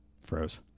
Froze